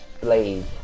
blade